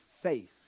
faith